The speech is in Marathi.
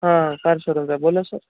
हा कार शेडच आहे बोला सर